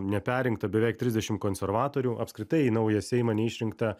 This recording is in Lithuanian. neperrinkta beveik trisdešim konservatorių apskritai į naują seimą neišrinkta